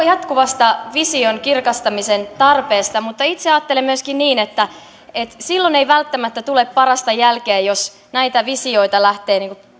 jatkuvasta vision kirkastamisen tarpeesta mutta itse ajattelen myöskin niin että että silloin ei välttämättä tule parasta jälkeä jos näitä visioita lähtevät